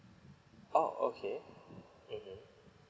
oh okay mmhmm